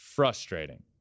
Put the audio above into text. frustrating